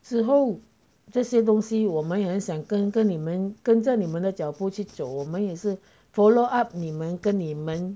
之后这些东西我们也很想跟跟你们跟着在你们的脚步去走我们也是 follow up 你们跟你们